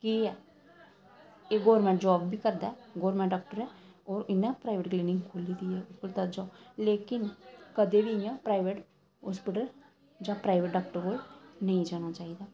केह् ऐ एह् गौरमेंट जॉब बी करदा ऐ गौरमेंट डॉक्टर ऐ होर इ'न्ने प्राइवेट क्लीनिक बी खो'ल्ली दी ऐ आं लेकिन कदें बी इ'यां प्राइवेट हॉस्पिटल जां प्राइवेट डॉक्टर कोल नेईं जाना चाहिदा